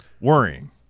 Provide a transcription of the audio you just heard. worrying